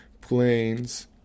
planes